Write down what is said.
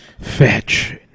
fetch